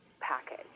package